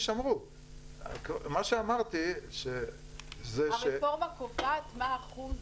מה שאמרתי, שזה ש- -- הרפורמה קובעת מה אחוז